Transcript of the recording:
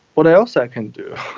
what else i can do?